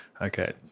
okay